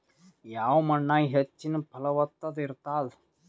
ಯಾವ ಮಣ್ಣಾಗ ಹೆಚ್ಚಿನ ಫಲವತ್ತತ ಇರತ್ತಾದ?